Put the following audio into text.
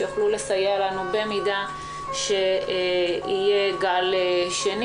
שיוכלו לסייע לנו במידה ויהיה גל שני